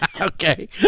Okay